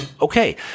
okay